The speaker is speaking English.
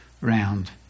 round